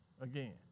again